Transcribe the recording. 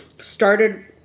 started